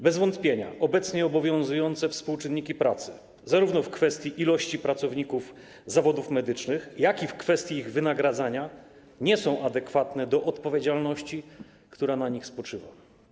Bez wątpienia obecnie obowiązujące współczynniki pracy zarówno w kwestii ilości pracowników zawodów medycznych, jak i w kwestii ich wynagradzania nie są adekwatne do odpowiedzialności, która na nich spoczywa.